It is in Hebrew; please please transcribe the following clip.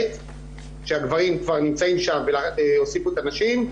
שהגברים כבר נמצאים והוסיפו את הנשים,